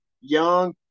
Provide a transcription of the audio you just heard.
young